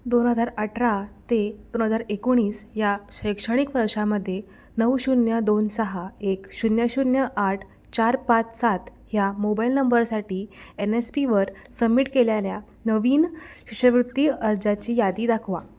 दोन हजार अठरा ते दोन हजार एकोणीस या शैक्षणिक वर्षामध्ये नऊ शून्य दोन सहा एक शून्य शून्य आठ चार पाच सात ह्या मोबाईल नंबरसाठी एन एस पीवर सबमिट केलेल्या नवीन शिष्यवृत्ती अर्जाची यादी दाखवा